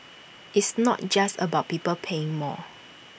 it's not just about people paying more